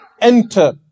enter